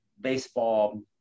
baseball